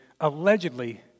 allegedly